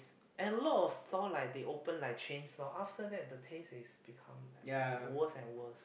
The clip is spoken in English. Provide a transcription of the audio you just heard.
a lot of stall like they open like chain stall after that the taste is become like worse and worse